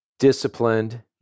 Disciplined